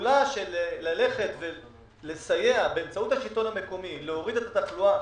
ללכת ולסייע באמצעות השלטון המקומי ולהוריד את התחלואה